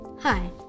Hi